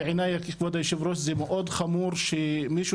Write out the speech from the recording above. בעיני כבוד היו"ר זה מאוד חמור שמישהו